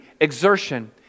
exertion